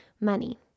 money